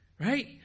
right